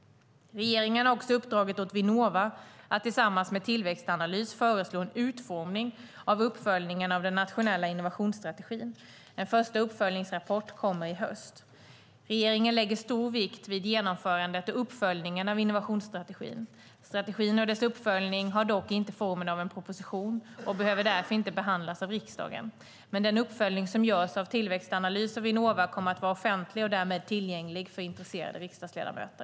Regeringen har också uppdragit åt Vinnova att tillsammans med Tillväxtanalys föreslå en utformning av uppföljningen av den nationella innovationsstrategin. En första uppföljningsrapport kommer i höst. Regeringen lägger stor vikt vid genomförandet och uppföljningen av innovationsstrategin. Strategin eller dess uppföljning har dock inte formen av en proposition och behöver därför inte behandlas av riksdagen, men den uppföljning som görs av Tillväxtanalys och Vinnova kommer att vara offentlig och därmed tillgänglig för intresserade riksdagsledamöter.